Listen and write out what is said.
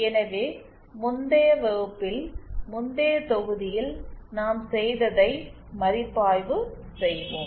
எனவே முந்தைய வகுப்பில் முந்தைய தொகுதியில் நாம் செய்ததை மதிப்பாய்வு செய்வோம்